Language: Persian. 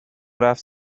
رفت